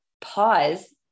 pause